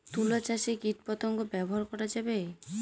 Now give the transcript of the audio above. তুলা চাষে কীটপতঙ্গ ব্যবহার করা যাবে?